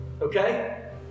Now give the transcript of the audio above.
okay